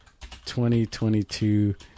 2022